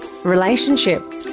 Relationship